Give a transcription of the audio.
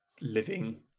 living